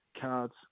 cards